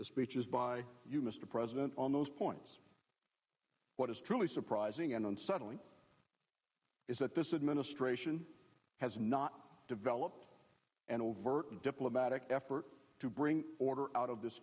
the speeches by you mr president on those points what is truly surprising and unsettling is that this administration has not developed an overt diplomatic effort to bring order out of this